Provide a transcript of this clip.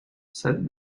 said